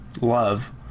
love